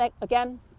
again